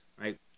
right